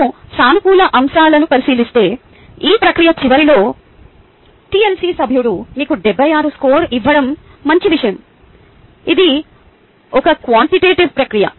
మేము సానుకూల అంశాలను పరిశీలిస్తే ఈ ప్రక్రియ చివరిలో టిఎల్సి సభ్యుడు మీకు 76 స్కోరు ఇవ్వడం మంచి విషయం ఇది ఒక క్వాంటిటేటివ్ ప్రక్రియ